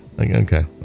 Okay